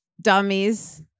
dummies